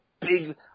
big